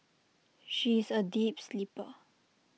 she is A deep sleeper